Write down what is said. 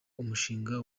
umushinga